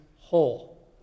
Whole